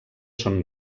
son